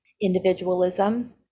individualism